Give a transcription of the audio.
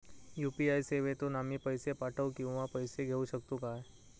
UPI सेवेतून आम्ही पैसे पाठव किंवा पैसे घेऊ शकतू काय?